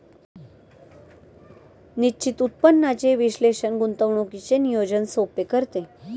निश्चित उत्पन्नाचे विश्लेषण गुंतवणुकीचे नियोजन सोपे करते